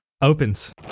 opens